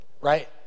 right